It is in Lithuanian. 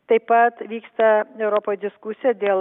taip pat vyksta europoj diskusija dėl